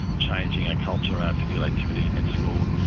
changing our culture, our physical activity in school.